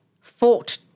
fought